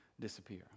disappear